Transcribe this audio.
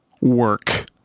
work